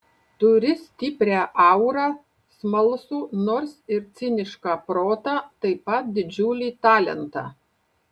turi stiprią aurą smalsų nors ir cinišką protą taip pat didžiulį talentą